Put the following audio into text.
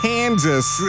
Kansas